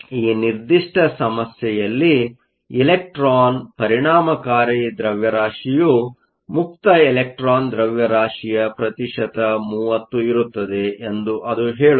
ಈ ನಿರ್ದಿಷ್ಟ ಸಮಸ್ಯೆಯಲ್ಲಿ ಎಲೆಕ್ಟ್ರಾನ್ ಪರಿಣಾಮಕಾರಿ ದ್ರವ್ಯರಾಶಿಯು ಮುಕ್ತ ಎಲೆಕ್ಟ್ರಾನ್ ದ್ರವ್ಯರಾಶಿಯ ಪ್ರತಿಶತ 30 ಇರುತ್ತದೆ ಎಂದು ಅದು ಹೇಳುತ್ತದೆ